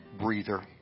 breather